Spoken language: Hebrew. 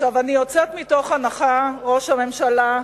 אני יוצאת מתוך הנחה, ראש הממשלה,